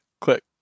Click